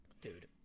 Dude